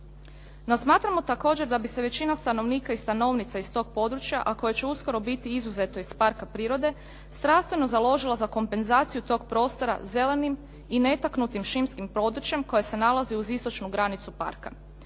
No smatramo također da bi se većina stanovnika i stanovnica iz tog područja a koje će uskoro biti izuzeto iz parka prirode strastveno založila za kompenzaciju tog prostora zelenim i netaknutim šumskim područjem koje se nalazi uz istočnu granicu parka.